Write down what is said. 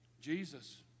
Jesus